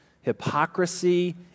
hypocrisy